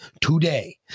today